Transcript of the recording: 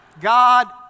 God